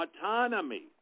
autonomy